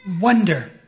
wonder